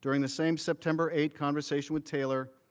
during the same september eight conversation with taylor,